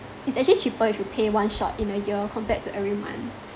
it's actually cheaper if you pay one shot in a year compared to every month